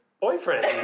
boyfriend